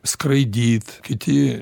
skraidyt kiti